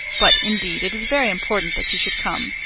but, indeed, it is very important that you should come,